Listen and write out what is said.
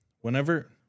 whenever